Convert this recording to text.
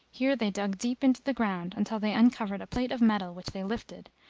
here they dug deep into the ground, until they uncovered a plate of metal which they lifted,